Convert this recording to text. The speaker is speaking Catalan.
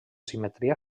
simetria